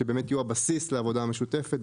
שבאמת יהיו הבסיס לעבודה המשותפת.